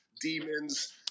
demons